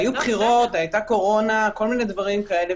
היו בחירות, הייתה קורונה, כל מיני דברים כאלה.